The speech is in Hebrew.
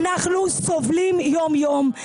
אנחנו סובלים יום-יום.